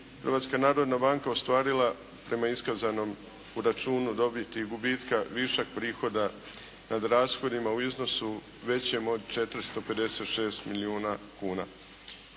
Hrvatska narodna banka ostvarila prema iskazanom računu dobiti i gubitka višak prihoda nad rashodima u iznosu većem od 456 milijuna kuna.